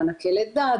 מענקי לידה,